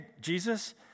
Jesus